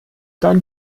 dann